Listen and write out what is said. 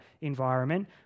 environment